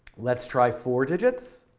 let's try four digits.